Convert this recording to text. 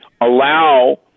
allow